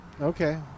Okay